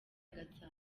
gatsata